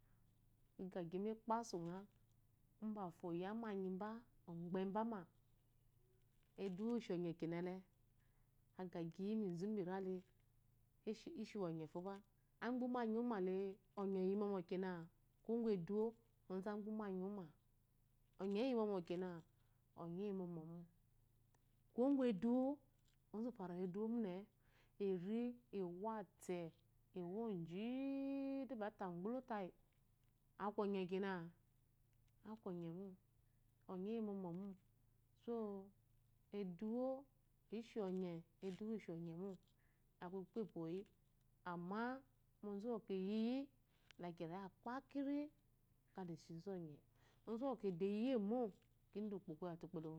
Kigyeyi lepesunge, mbafo oyiammenyine ogbema, eduwo ishonyr kena ele agyagyi mizu birsle ishiwu onye fobe agbe umanyiwume onye eye nomo kene kuwo gu eduwo onzu agbe umanyi wuma onye iyimokene onye eyimomo kuwo gu eduwo ozufo arede eduwo. mune eri ewale ewoji de be ate gbolotayi aku onye kena aku ongemo onye eyimɔmɔms so eduwo ishonye eduwo ishionyemo ekpekpepwoyi amma ozumukwɔ eyiy laraya kpakiri kala ishizu onye ozumkwɔ edeyimo kida ukpo koyide ukpo